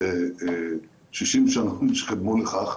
בשישים השנים שקדמו לכך,